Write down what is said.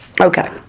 Okay